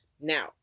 Now